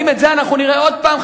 האם את זה אנחנו נראה עוד פעם,